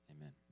Amen